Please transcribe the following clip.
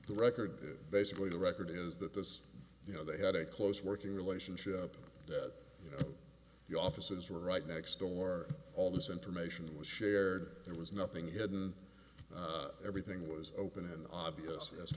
the record basically the record is that this you know they had a close working relationship that you know the offices were right next door all this information was shared there was nothing hidden everything was open and obvious